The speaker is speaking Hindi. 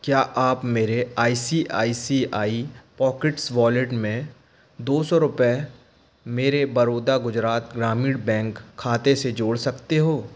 क्या आप मेरे आई सी आई सी आई पॉकेट्स वॉलेट में दो सौ रुपये मेरे बड़ौदा गुजरात ग्रामीण बैंक खाते से जोड़ सकते हो